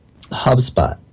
hubspot